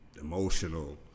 Emotional